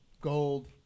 gold